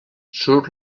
surt